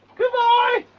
goodbye!